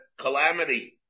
calamity